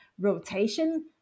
rotation